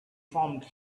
formed